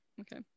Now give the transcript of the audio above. okay